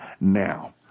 now